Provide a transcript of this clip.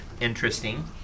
Interesting